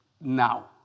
now